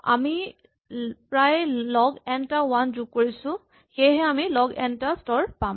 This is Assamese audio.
আমি প্ৰায় লগ এন টা ৱান যোগ কৰিছোঁ সেয়ে আমি লগ এন টা স্তৰ পাম